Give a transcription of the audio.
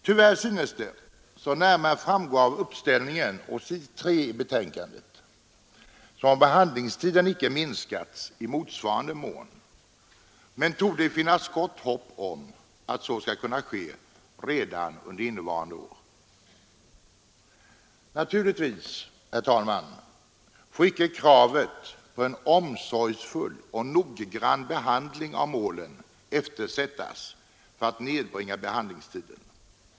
Tyvärr synes det — som närmare framgår av uppställningen på s. 3 i betänkandet — som om behandlingstiden icke minskats i motsvarande mån. Men det torde finnas gott hopp om att så skall kunna ske redan under innevarande år. Naturligtvis, herr talman, får icke kravet på en omsorgsfull och noggrann behandling av målen eftersättas för att nedbringa behandlingstiden.